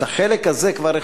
את החלק הזה כבר,